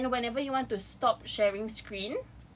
okay then whenever you want to stop sharing screen